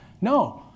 no